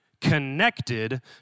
connected